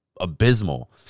abysmal